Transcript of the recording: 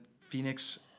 Phoenix